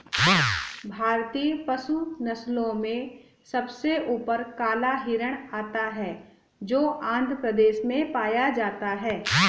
भारतीय पशु नस्लों में सबसे ऊपर काला हिरण आता है जो आंध्र प्रदेश में पाया जाता है